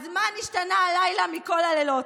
אז מה נשתנה הלילה מכל הלילות?